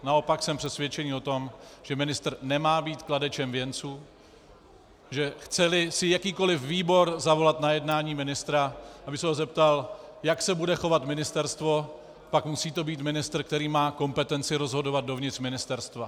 Naopak jsem přesvědčen o tom, že ministr nemá být kladečem věnců, že chceli jakýkoliv výbor zavolat na jednání ministra, aby se ho zeptal, jak se bude chovat ministerstvo, pak to musí být ministr, který má kompetenci rozhodovat dovnitř ministerstva.